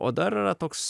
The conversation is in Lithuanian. o dar yra toks